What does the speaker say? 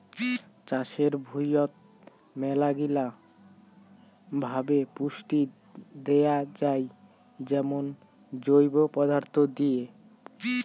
চাষের ভুঁইয়ত মেলাগিলা ভাবে পুষ্টি দেয়া যাই যেমন জৈব পদার্থ দিয়ে